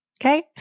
Okay